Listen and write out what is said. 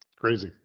crazy